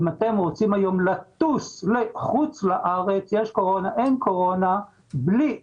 אם אתם רוצים היום לטוס מחוץ לארץ בלי עישון,